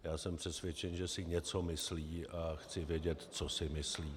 Já jsem přesvědčen, že si něco myslí, a chci vědět, co si myslí.